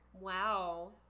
Wow